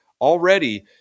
already –